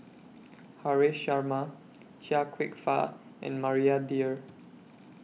Haresh Sharma Chia Kwek Fah and Maria Dyer